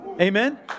Amen